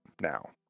now